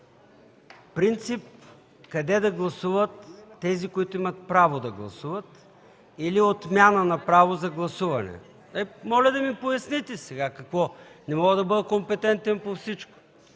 принцип къде да гласуват тези, които имат право да гласуват, или отмяна на право на гласуване? Моля да ми поясните – не мога да бъда компетентен по всичко.